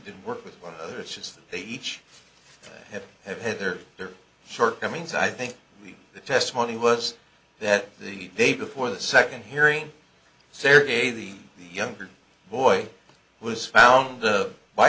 didn't work with well it's just they each have had their their shortcomings i think the testimony was that the day before the second hearing sergei the younger boy was found